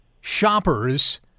shoppers